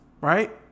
right